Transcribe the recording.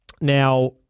Now